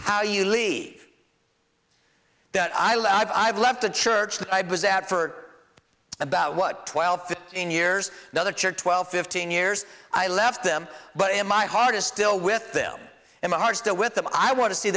how you leave that island i've left the church that i was out for about what twelve fifteen years now the church twelve fifteen years i left them but in my heart is still with them and my heart still with them i want to see